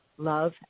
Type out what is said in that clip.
love